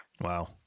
Wow